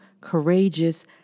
courageous